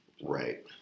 Right